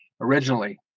originally